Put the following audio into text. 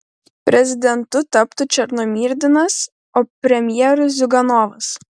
prezidentu taptų černomyrdinas o premjeru ziuganovas